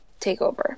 TakeOver